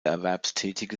erwerbstätige